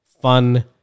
fun